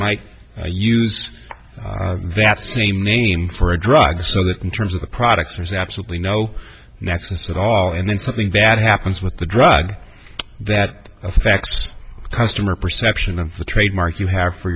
might use that same name for a drug so that in terms of the products there's absolutely no nexus at all and then something bad happens with the drug that effects customer perception of the trademark you have for